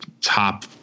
top